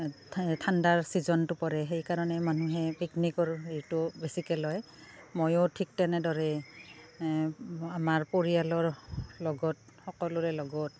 ঠাণ্ডাৰ চিজনটো পৰে সেইকাৰণে মানুহে পিকনিকৰ এইটো বেছিকৈ লয় ময়ো ঠিক তেনেদৰে আমাৰ পৰিয়ালৰ লগত সকলোৰে লগত